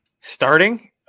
Starting